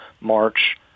march